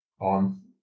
On